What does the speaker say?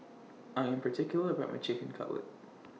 I Am particular about My Chicken Cutlet